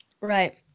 Right